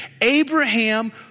Abraham